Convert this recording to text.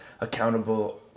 accountable